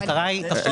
המטרה היא,